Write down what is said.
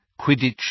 Quidditch